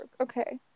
Okay